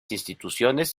instituciones